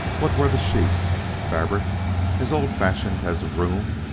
what were the sheets fabric as old-fashioned as the room,